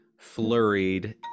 flurried